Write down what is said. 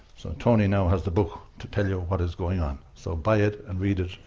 so tony now has the book to tell you what is going on. so buy it, and read it,